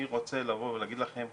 אני רוצה להגיד לכם,